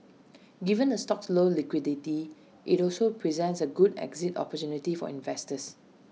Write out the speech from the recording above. given the stock's low liquidity IT also presents A good exit opportunity for investors